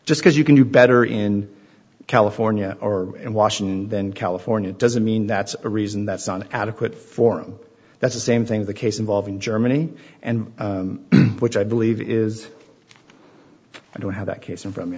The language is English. just because you can do better in california or in washington than california doesn't mean that's a reason that's on adequate form that's the same thing the case involving germany and which i believe is i don't have that case in fro